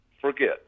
forget